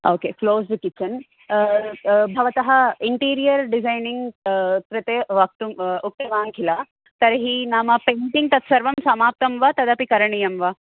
ओ के closed kitchen भवतः interior designing कृते वक्तुं उक्तवान् किल तर्हि नाम पेण्टिङ्ग् तत् सर्वं समाप्तं वा तदपि करणीयं वा